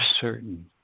certain